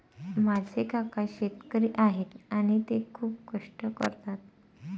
माझे काका शेतकरी आहेत आणि ते खूप कष्ट करतात